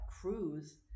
cruise